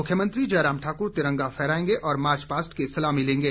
मुख्यमंत्री जयराम ठाकुर तिरंगा फहराएंगे और मार्च पास्ट की सलामी लेंगे